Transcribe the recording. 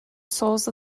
soles